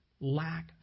lack